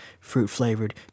fruit-flavored